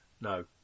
No